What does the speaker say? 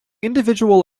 individual